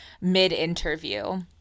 mid-interview